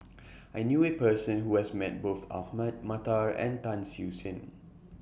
I knew A Person Who has Met Both Ahmad Mattar and Tan Siew Sin